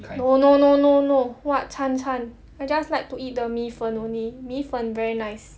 no no no no no what 参参 I just like to eat the 米粉 only 米粉 very nice